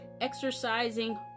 exercising